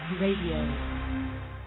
Radio